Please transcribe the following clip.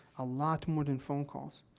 a lot more than phone calls.